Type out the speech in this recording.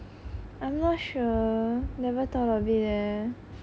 I'm not sure never thought of it eh